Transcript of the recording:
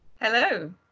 Hello